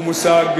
הוא מושג,